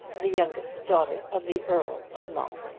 the youngest daughter of the earl of mull.